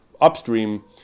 upstream